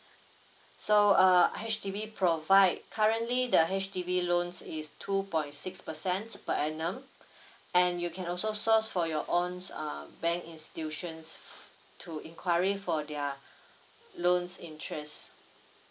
so err H_D_B provide currently the H_D_B loans is two point six percent per annum and you can also source for your own um bank institutions to enquiry for their loans interests